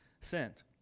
sent